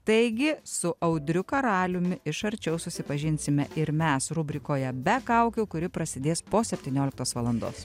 taigi su audriu karaliumi iš arčiau susipažinsime ir mes rubrikoje be kaukių kuri prasidės po septynioliktos valandos